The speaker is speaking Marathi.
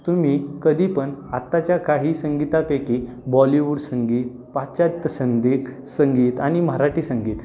तुम्ही कधी पण आत्ताच्या काही संगीतापैकी बॉलीवूड संगीत पाश्चात्त्य संधीग संगीत आणि मराठी संगीत